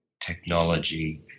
technology